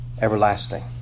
everlasting